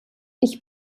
ich